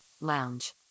lounge